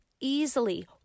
easily